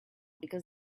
because